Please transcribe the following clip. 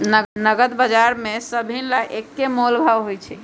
नगद बजार में सभनि ला एक्के मोलभाव होई छई